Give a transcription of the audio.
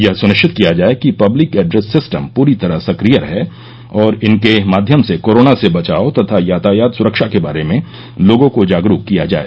यह सुनिश्चित किया जाए कि पब्लिक एड्रेस सिस्टम पूरी तरह सक्रिय रहें और इनके माध्यम से कोरोना से बचाव तथा यातायात सुरक्षा के बारे में लोगों को जागरूक किया जाए